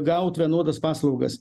gaut vienodas paslaugas